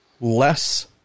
less